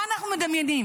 מה אנחנו מדמיינים,